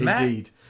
indeed